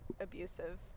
abusive